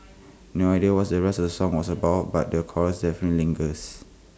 no idea what the rest of the song was about but the chorus definitely lingers